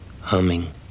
humming